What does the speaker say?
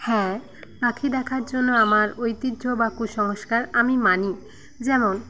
হ্যাঁ পাখি দেখার জন্য আমার ঐতিহ্য বা কুসংস্কার আমি মানি যেমন